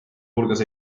hulgas